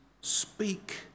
speak